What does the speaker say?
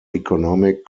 economic